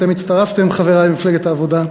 אתם הצטרפתם, חברי ממפלגת העבודה.